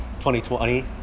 2020